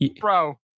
bro